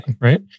Right